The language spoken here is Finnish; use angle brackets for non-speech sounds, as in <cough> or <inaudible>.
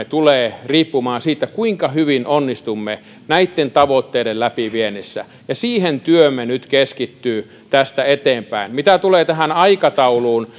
<unintelligible> tulee riippumaan siitä kuinka hyvin onnistumme näitten tavoitteiden läpiviennissä siihen työmme nyt keskittyy tästä eteenpäin mitä tulee tähän aikatauluun <unintelligible>